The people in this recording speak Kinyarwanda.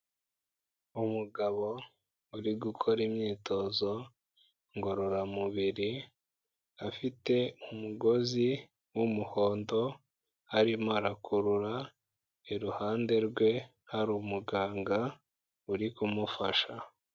Umugabo uri gukora imyitozo ngororamubiri afite umugozi wumuhondo arimo arakurura, iruhande rwe hari umuganga uri kumufasha.